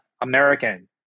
American